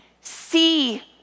See